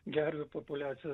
gervių populiacija